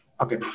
Okay